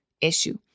issue